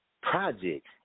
Project